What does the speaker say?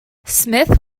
smith